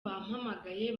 bampamagaye